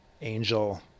Angel